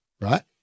right